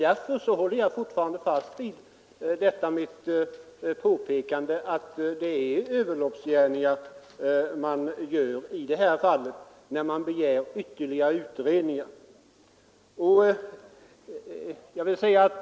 Därför håller jag fortfarande fast vid mitt påpekande att det är överloppsgärning att begära ytterligare en utredning, som man gör i det här fallet.